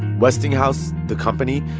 westinghouse, the company,